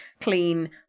clean